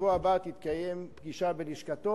בשבוע הבא תתקיים פגישה בלשכתו.